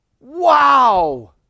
Wow